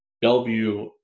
Bellevue